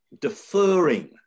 Deferring